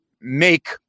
make